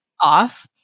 off